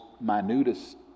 minutest